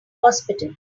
hospital